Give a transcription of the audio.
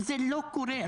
וזה לא קורה,